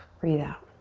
breathe out.